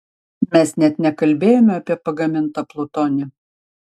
mes net nekalbėjome apie pagamintą plutonį